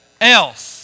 else